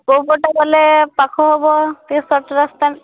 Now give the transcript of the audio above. କେଉଁ ପଟେ ଗଲେ ପାଖ ହେବ ଟିକିଏ ସର୍ଟ ରାସ୍ତା